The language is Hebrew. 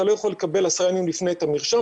אתה לא יכול לקבל 10 ימים לפני את המרשם',